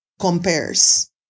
compares